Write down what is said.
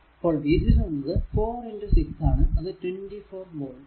അപ്പോൾ v0 എന്നത് 4 6 ആണ് അത് 24 വോൾട്